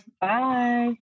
Bye